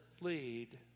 lead